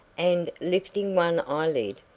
and, lifting one eyelid,